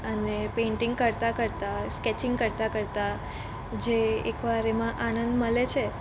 અને પેઇન્ટિંગ કરતાં કરતાં સ્કેચિંગ કરતાં કરતાં જે એકવાર એમાં આનંદ મળે છે